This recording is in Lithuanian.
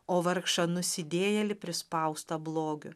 o vargšą nusidėjėlį prispaustą blogiu